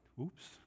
Oops